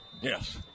Yes